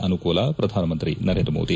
ಅನುಕೂಲ ಪ್ರಧಾನಮಂತ್ರಿ ನರೇಂದ್ರ ಮೋದಿ